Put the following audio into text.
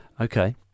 okay